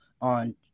on